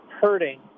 hurting